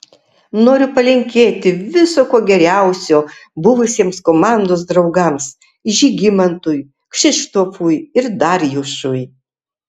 noriu palinkėti viso ko geriausio buvusiems komandos draugams žygimantui kšištofui ir darjušui